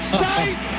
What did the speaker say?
safe